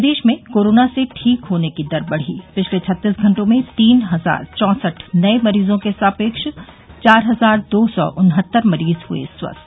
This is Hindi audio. प्रदेश में कोरोना से ठीक होने की दर बढ़ी पिछले छत्तीस घंटों में तीन हजार चौसठ नये मरीजों के सापेक्ष चार हजार दो सौ उन्हत्तर मरीज हुए स्वस्थ